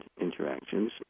interactions